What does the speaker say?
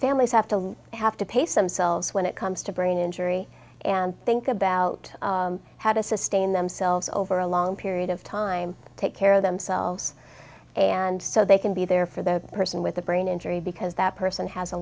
families have to have to pace themselves when it comes to brain injury and think about how to sustain themselves over a long period of time take care of themselves and so they can be there for the person with the brain injury because that person has a